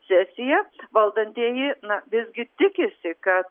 sesiją valdantieji na visgi tikisi kad